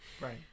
Right